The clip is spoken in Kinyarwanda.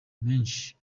menshi